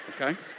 okay